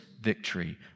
victory